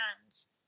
hands